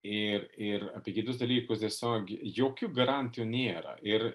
ir ir apie kitus dalykus tiesiogiai jokių garantijų nėra ir